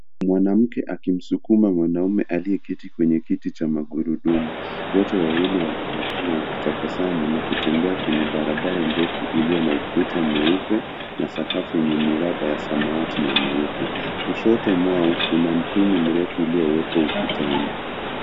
Mwanamke akimsukuma mwanaume aliyeketi kwenye kiti cha magurudumu. Wote wawili wanaonekana wakitabasamu na kutembea kwenye barabara ndefu iliyo na ukuta mweupe na sakafu enye miraba ya samawati na nyeupe. Kushoto mwao kuna mpini mrefu uliowekwa ukutani.